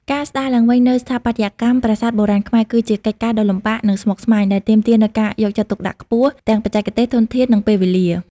ការស្ដារឡើងវិញនូវស្ថាបត្យកម្មប្រាសាទបុរាណខ្មែរ គឺជាកិច្ចការដ៏លំបាកនិងស្មុគស្មាញ ដែលទាមទារនូវការយកចិត្តទុកដាក់ខ្ពស់ ទាំងបច្ចេកទេស ធនធាន និងពេលវេលា។